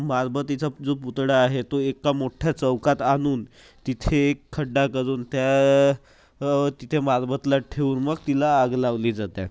मारबतीचा जो पुतळा आहे तो एका मोठ्ठ्या चौकात आणून तिथे एक खड्डा घालून त्या तिथे मारबतला ठेवून मग तिला आग लावली जाते